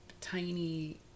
tiny